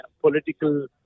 political